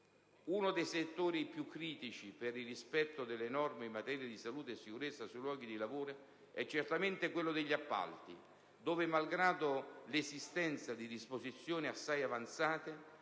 Uno dei settori più critici per il rispetto delle norme in materia di salute e sicurezza sui luoghi di lavoro è certamente quello degli appalti, dove, malgrado l'esistenza di disposizioni assai avanzate,